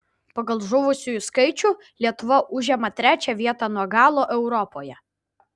pagal žuvusiųjų skaičių lietuva užima trečią vietą nuo galo europoje